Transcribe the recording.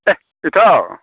ꯑꯦ ꯏꯇꯥꯎ